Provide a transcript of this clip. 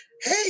hey